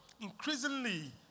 increasingly